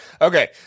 Okay